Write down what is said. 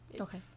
okay